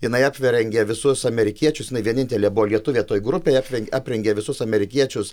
jinai apverengė visus amerikiečius jinai vienintelė buvo lietuvė toj grupėj aprengė aprengė visus amerikiečius